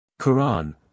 Quran